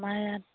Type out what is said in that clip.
আমাৰ ইয়াত